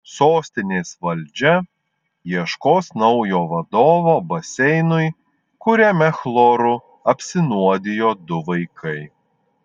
sostinės valdžia ieškos naujo vadovo baseinui kuriame chloru apsinuodijo du vaikai